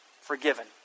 forgiven